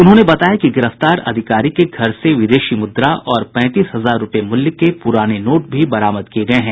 उन्होंने बताया कि गिरफ्तार अधिकारी के घर से विदेशी मुद्रा और पैंतीस हजार रूपये मूल्य के प्राने नोट भी बरामद किये गये हैं